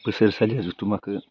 बोसोरसालिया जथुम्माखौ